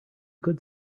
could